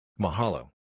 Mahalo